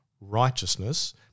righteousness